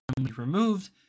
removed